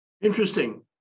Interesting